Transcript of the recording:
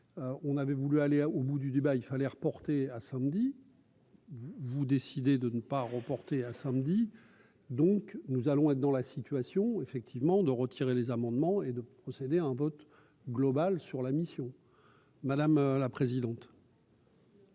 on avait voulu aller à au bout du débat, il fallait reporter à samedi. Vous vous décidez de ne pas reporter à samedi, donc nous allons être dans la situation effectivement de retirer les amendements et de procéder à un vote global sur la mission, madame la présidente.